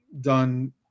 done